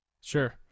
Sure